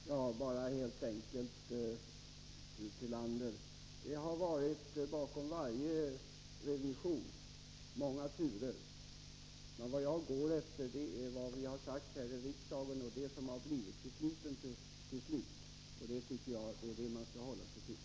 Herr talman! Jag vill helt enkelt säga till fru Tillander, att det bakom varje revision har varit många turer. Men vad jag går efter är vad vi har sagt här i riksdagen och de beslut som har fattats. Det är det man skall hålla sig till.